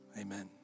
Amen